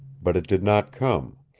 but it did not come.